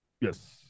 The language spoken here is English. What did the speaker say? yes